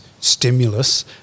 stimulus